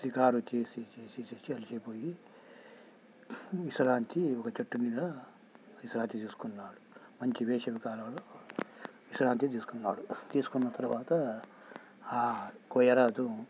షికారు చేసి చేసి చేసి అలసిపోయి విశ్రాంతి ఒక చెట్టు మీద విశ్రాంతి తీసుకున్నాడు మంచి వేసవి కాలంలో విశ్రాంతి తీసుకున్నాడు తీసుకున్న తర్వాత ఆ కోయరాజు